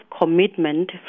commitment